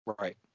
Right